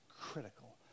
critical